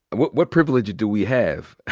what what privilege do we have?